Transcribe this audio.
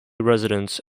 residence